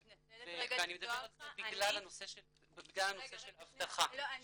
אני מדבר על זה בגלל הנושא של אבטחה שזה